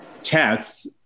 tests